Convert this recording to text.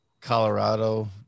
Colorado